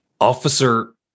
Officer